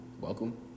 Welcome